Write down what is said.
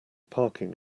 parking